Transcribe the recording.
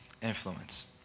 influence